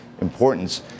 importance